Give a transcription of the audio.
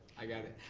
i got it.